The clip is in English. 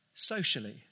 Socially